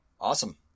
awesome